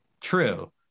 true